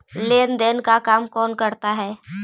लेन देन का काम कौन करता है?